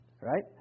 right